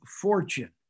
fortune